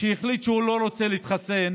שהחליט שהוא לא רוצה להתחסן,